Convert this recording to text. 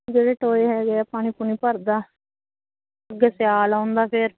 ਜਿਹੜੇ ਟੋਏ ਹੈਗੇ ਆ ਪਾਣੀ ਪੂਣੀ ਭਰਦਾ ਅੱਗੇ ਸਿਆਲ ਆਉਂਦਾ ਫਿਰ